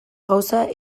gauza